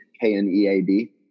K-N-E-A-D